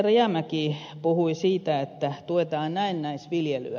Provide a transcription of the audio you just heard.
rajamäki puhui siitä että tuetaan näennäisviljelyä